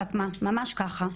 פטמה: ממש ככה.